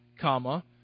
comma